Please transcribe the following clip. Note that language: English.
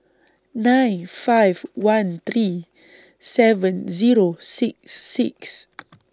nine five one three seven Zero six six